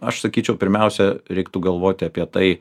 aš sakyčiau pirmiausia reiktų galvoti apie tai